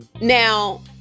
Now